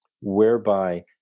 whereby